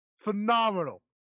phenomenal